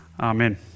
Amen